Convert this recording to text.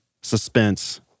suspense